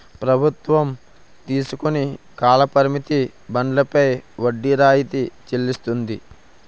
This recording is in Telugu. ప్రభుత్వం తీసుకుని కాల పరిమిత బండ్లపై వడ్డీ రాయితీ చెల్లిస్తుంది